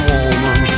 Woman